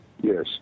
Yes